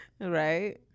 right